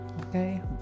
okay